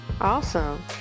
Awesome